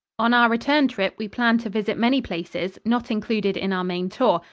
on our return trip, we planned to visit many places not included in our main tour,